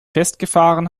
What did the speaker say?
festgefahren